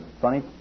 funny